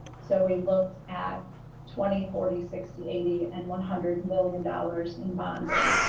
so we looked at twenty, forty, sixty, eighty, and one hundred million dollars in bonding.